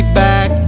back